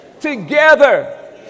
together